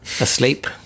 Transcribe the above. asleep